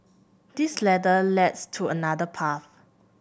this ladder leads to another path